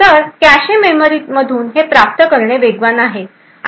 तर कॅशे मेमरीमधून हे प्राप्त करणे वेगवान आहे आणि आम्ही त्याला कॅशे हिट म्हणतो